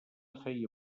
feia